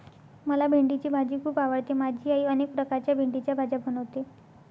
मला भेंडीची भाजी खूप आवडते माझी आई अनेक प्रकारच्या भेंडीच्या भाज्या बनवते